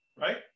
Right